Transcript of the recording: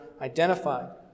identified